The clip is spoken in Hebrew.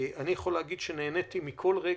אני יכול להגיד שנהניתי מכול רגע,